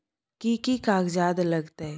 कि कि कागजात लागतै?